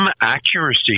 accuracy